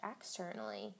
externally